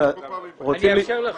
אני אאפשר לכם.